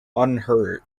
unhurt